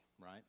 right